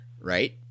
right